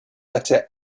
letter